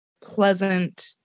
pleasant